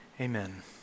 amen